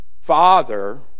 father